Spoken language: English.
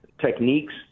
techniques